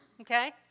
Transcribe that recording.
Okay